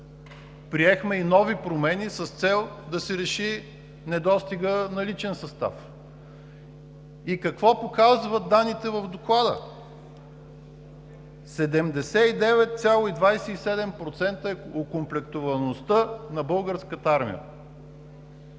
приехме и нови промени с цел да се реши недостигът на личен състав. И какво показват данните в Доклада? 79,27% е окомплектоваността на Българската армия.